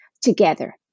together